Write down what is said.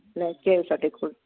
ਲੈ ਕੇ ਆਇਓ ਸਾਡੇ ਕੋਲ